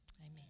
amen